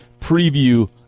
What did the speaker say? Preview